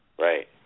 Right